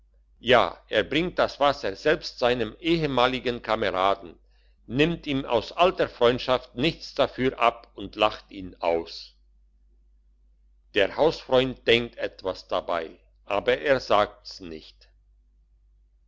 ja er bringt das wasser selbst seinem ehemaligen kameraden nimmt ihm aus alter freundschaft nichts dafür ab und lacht ihn aus der hausfreund denkt etwas dabei aber er sagt's nicht